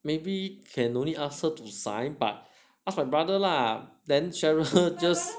maybe can only ask her to sign but ask my brother lah then cheryl just